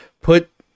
put